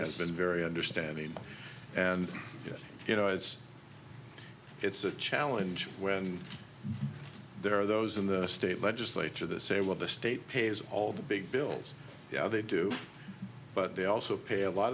yes been very understanding and you know it's it's a challenge when there are those in the state legislature the say well the state pays all the big bills yeah they do but they also pay a lot